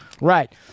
right